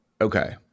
Okay